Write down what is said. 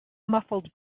muffled